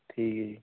ਠੀਕ ਹੈ ਜੀ